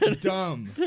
dumb